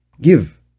give